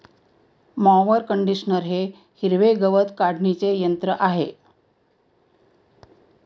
mower conditioner हे हिरवे गवत काढणीचे यंत्र आहे